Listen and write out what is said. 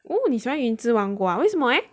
oh 你喜欢云之王国 ah 为什么 leh